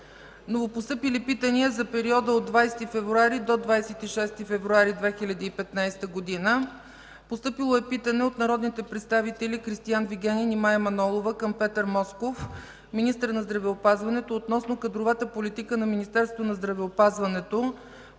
Новопостъпили питания за периода от 20 до 26 февруари 2015 г.: Постъпило е питане от народните представители Кристиан Вигенин и Мая Манолова към Петър Москов – министър на здравеопазването, относно кадровата политика на Министерството на здравеопазването